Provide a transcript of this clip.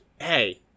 hey